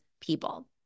people